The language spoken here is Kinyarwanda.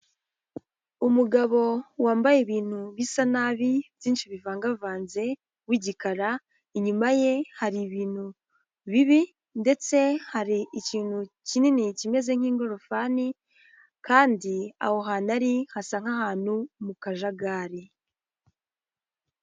Umugabo wambaye ibintu bisa nabi byinshi bivangavanze wigikara, inyuma ye hari ibintu bibi ndetse hari ikintu kinini kimeze nk'ingorofani kandi aho hantu ari, hasa nk'ahantu mu kajagari.